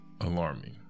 alarming